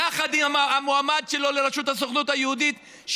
יחד עם המועמד שלו לראשות הסוכנות היהודית,